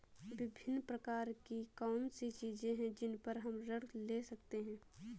विभिन्न प्रकार की कौन सी चीजें हैं जिन पर हम ऋण ले सकते हैं?